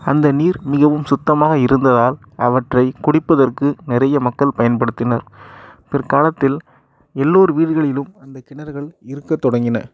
அந்த நீர் மிகவும் சுத்தமாக இருந்ததால் அவற்றை குடிப்பதற்கு நிறைய மக்கள் பயன்படுத்தினர் பிற்காலத்தில் எல்லோர் வீடுகளிலும் அந்த கிணறுகள் இருக்க தொடங்கின